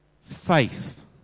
Faith